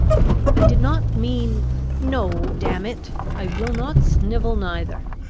i did not mean no, damn it! i will not snivel neither.